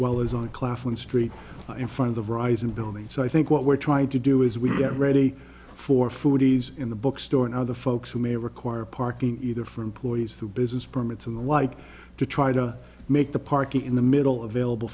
well as on claflin street in front of the rise in building so i think what we're trying to do is we get ready for foodies in the bookstore and other folks who may require parking either for employees through business permits and the like to try to make the park in the middle